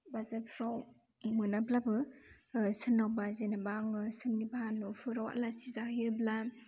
बाजारफ्राव मोनाब्लाबो सोरनावबा जेनेबा आङो सोरनिबा न'फोराव आलासि जाहैयोब्ला